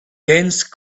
dense